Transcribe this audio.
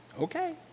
Okay